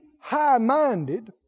high-minded